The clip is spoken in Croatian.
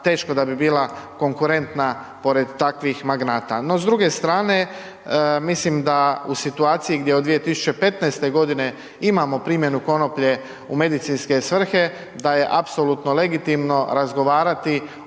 teško da bi bila konkurentna pored takvih magnata. No s druge strane, mislim da u situaciji gdje od 2015. godine imamo primjenu konoplje u medicinske svrhe, da je apsolutno legitimno razgovarati